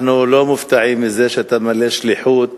אנחנו לא מופתעים מזה שאתה ממלא שליחות